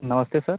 नमस्ते सर